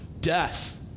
death